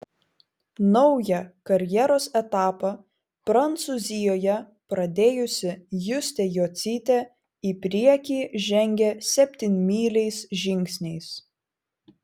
naują karjeros etapą prancūzijoje pradėjusi justė jocytė į priekį žengia septynmyliais žingsniais